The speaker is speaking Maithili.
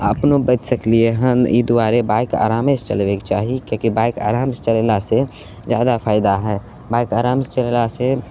आ अपनो बचि सकलिए हन एहि दुआरे बाइक आरामे से चलबैके चाही किआकि बाइक आराम से चलेला से जादा फायदा हय बाइक आराम से चलेला से